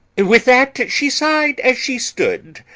with that she sighed as she stood,